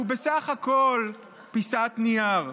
שהוא בסך הכול פיסת נייר?